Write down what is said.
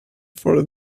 for